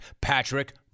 Patrick